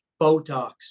botox